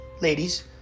ladies